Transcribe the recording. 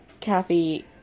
Kathy